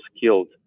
killed